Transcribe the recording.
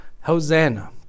Hosanna